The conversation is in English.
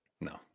No